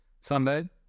Sunday